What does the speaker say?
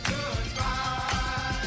Goodbye